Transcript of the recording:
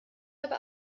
aber